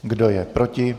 Kdo je proti?